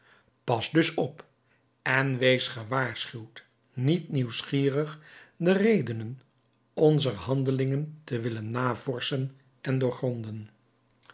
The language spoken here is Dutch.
pas dus op en wees gewaarschuwd niet nieuwsgierig de redenen onzer handelingen te willen navorschen en doorgronden